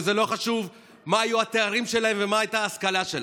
וזה לא חשוב מה היו התארים שלהם ומה הייתה ההשכלה שלהם.